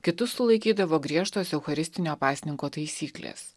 kitus sulaikydavo griežtos eucharistinio pasninko taisyklės